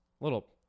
little